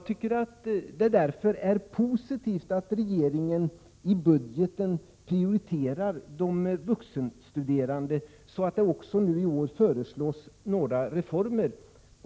Det är därför positivt att regeringen prioriterar de vuxenstuderande i budgeten, så att det också i år föreslås några reformer.